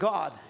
God